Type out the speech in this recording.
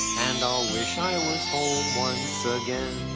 and i'll wish i was home once ah again